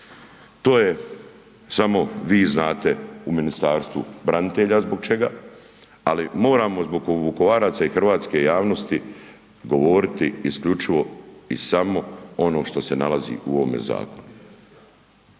to samo vi znate u Ministarstvu branitelja zbog čega, ali moramo zbog Vukovaraca i hrvatske javnosti govoriti isključivo i samo ono što se nalazi u ovome zakonu.